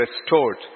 restored